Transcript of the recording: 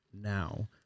now